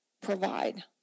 provide